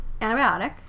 antibiotic